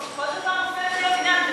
כי כל דבר הופך להיות עניין,